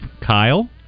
Kyle